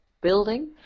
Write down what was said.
building